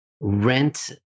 rent